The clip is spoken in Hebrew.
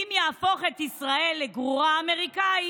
האם יהפוך את ישראל לגרורה אמריקאית,